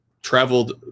traveled